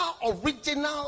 original